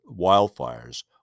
wildfires